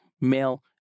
male